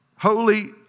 Holy